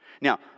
Now